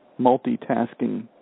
multitasking